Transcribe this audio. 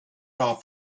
off